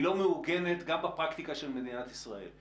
היא לא מעוגנת גם בפרקטיקה של מדינת ישראל,